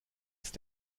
ist